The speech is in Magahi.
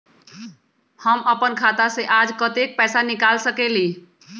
हम अपन खाता से आज कतेक पैसा निकाल सकेली?